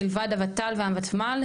מלבד הוות"ל והוותמ"ל,